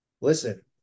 Listen